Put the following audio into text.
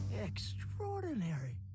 Extraordinary